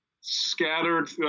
Scattered